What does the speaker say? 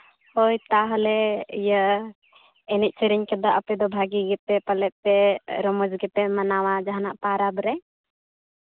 ᱦᱳᱭ ᱛᱟᱦᱚᱞᱮ ᱤᱭᱟᱹ ᱮᱱᱮᱡ ᱥᱮᱨᱮᱧ ᱠᱚᱫᱚ ᱟᱯᱮ ᱫᱚ ᱵᱷᱟᱹᱜᱤ ᱜᱮᱯᱮ ᱯᱟᱞᱮᱫ ᱯᱮ ᱨᱚᱢᱚᱡᱽ ᱜᱮᱯᱮ ᱢᱟᱱᱟᱣᱟ ᱡᱟᱦᱟᱱᱟᱜ ᱯᱚᱨᱚᱵᱽ ᱨᱮ